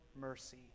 mercy